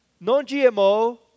non-GMO